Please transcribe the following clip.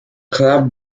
club